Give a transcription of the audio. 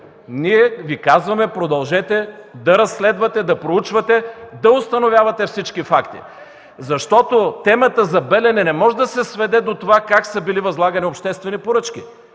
ние казваме: „Продължете да разследвате, да проучвате, да установявате всички факти.”, защото темата за „Белене” не може да се сведе до това как са били възлагани обществени поръчки.